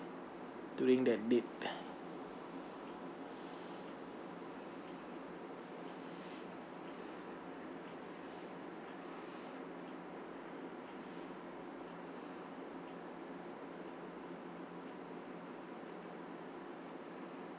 during that date